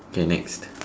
okay next